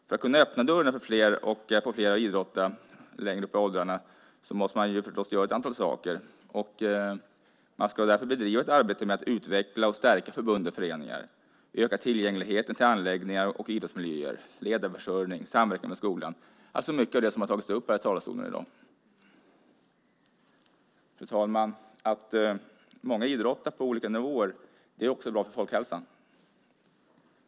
För att öppna dörrarna för fler och få fler att idrotta längre upp i åldrarna måste ett antal saker göras. Man ska lära sig att bedriva ett arbete med att utveckla och stärka förbund och föreningar, öka tillgängligheten till anläggningar och idrottsmiljöer, ledarförsörjning, samverkan med skolan, det vill säga mycket av det som har tagits upp i talarstolen i dag. Fru talman! Att många idrottar på olika nivåer är också bra för folkhälsan.